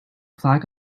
flag